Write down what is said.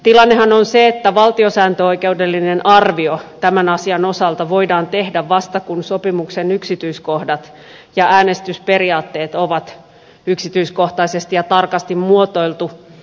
tilannehan on se että valtiosääntöoikeudellinen arvio tämän asian osalta voidaan tehdä vasta kun sopimuksen yksityiskohdat ja äänestysperiaatteet on yksityiskohtaisesti ja tarkasti muotoiltu